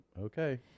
okay